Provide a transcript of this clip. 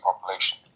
population